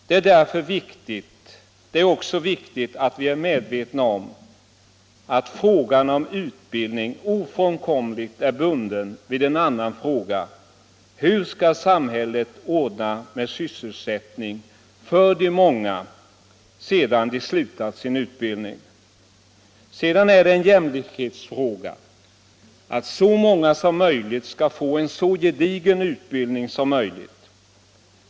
Det är därför viktigt att vi är medvetna om att frågan om utbildning ofrånkomligt är bunden vid en annan fråga: Hur skall samhället ordna med sysselsättning för de många sedan de har slutat sin utbildning? Sedan är det en jämlikhetsfråga att så många som möjligt skall få en så gedigen utbildning som möjligt.